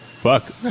fuck